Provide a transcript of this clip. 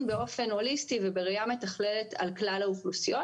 באופן הוליסטי ובראייה מתחללת על כלל האוכלוסיות.